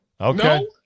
Okay